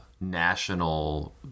national